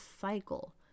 cycle